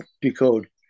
decode